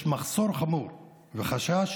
יש מחסור חמור וחשש